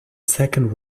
second